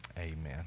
Amen